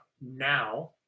now